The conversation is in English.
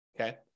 okay